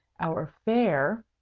our fare,